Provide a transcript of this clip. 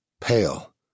pale